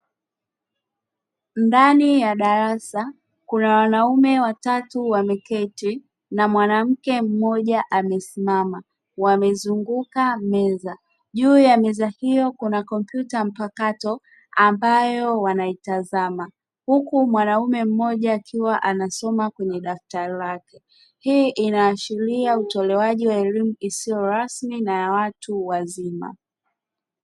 Ndani ya darasa kuna wanaume watatu wameketi na mwanamke mmoja amesimama wamezunguka meza, juu ya meza hiyo kuna kompyuta mpakato ambayo wanaitazama huku mwanaume mmoja akiwa anasoma kwenye daftari lake, hii inaashiria utolewaji wa elimu isiyo rasmi na ya watu wazima.